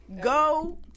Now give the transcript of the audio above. go